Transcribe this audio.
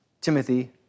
Timothy